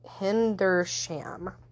Hendersham